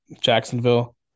Jacksonville